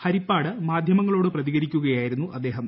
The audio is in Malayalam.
ഹരിപ്പാട് മാധ്യമങ്ങളോട് പ്രതികരിക്കുകയായിരുന്നു അദ്ദേഹം